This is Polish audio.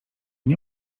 nie